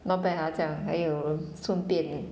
not bad ah 这样还有顺便